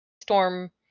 storm